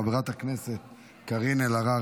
חברת הכנסת קארין אלהרר,